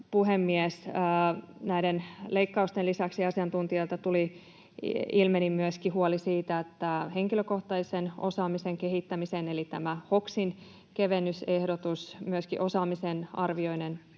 puhemies: Näiden leikkausten lisäksi asiantuntijoilta ilmeni myöskin huoli siitä, että henkilökohtaisen osaamisen kehittämisen eli tämä hoksin kevennysehdotus ja myöskin osaamisen arvioinnin